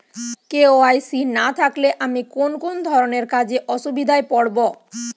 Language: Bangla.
কে.ওয়াই.সি না থাকলে আমি কোন কোন ধরনের কাজে অসুবিধায় পড়ব?